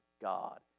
God